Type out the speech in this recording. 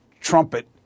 trumpet